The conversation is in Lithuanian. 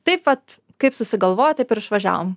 taip vat kaip susigalvojo taip ir išvažiavom